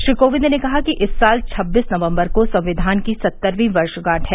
श्री कोविन्द ने कहा कि इस साल छबीस नकम्बर को संविधान की सत्तरवीं वर्षगाठ है